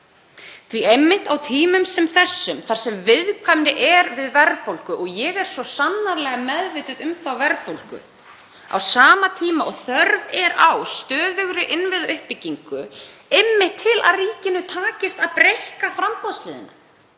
Einmitt á tímum sem þessum þar sem viðkvæmni er við verðbólgu, og ég er svo sannarlega meðvituð um þá verðbólgu, á sama tíma og þörf er á stöðugri innviðauppbyggingu, einmitt til að ríkinu takist að breikka framboðshliðina,